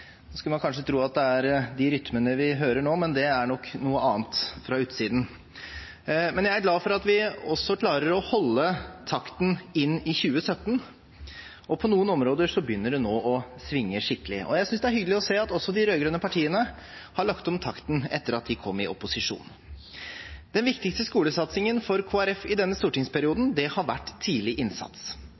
Man skulle kanskje tro at det er de rytmene vi hører nå, men det er nok noe annet, fra utsiden. Jeg er glad for at vi også klarer å holde takten inn i 2017. På noen områder begynner det nå å svinge skikkelig. Jeg synes det er hyggelig å se at også de rød-grønne partiene har lagt om takten etter at de kom i opposisjon. Den viktigste skolesatsingen for Kristelig Folkeparti i denne stortingsperioden har vært tidlig innsats.